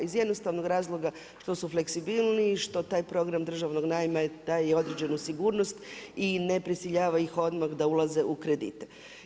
Iz jednostavnog razloga što su fleksibilniji, što taj program državnog najma daje i određenu sigurnost i ne prisiljava ih odmah da ulaze u kredite.